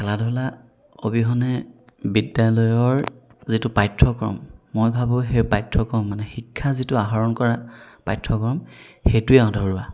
খেলা ধূলা অবিহনে বিদ্যালয়ৰ যিটো পাঠ্যক্ৰম মই ভাবো সেই পাঠ্যক্ৰম মানে শিক্ষা যিটো আহৰণ কৰা পাঠ্যক্ৰম সেইটোৱেই আধৰুৱা